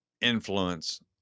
influence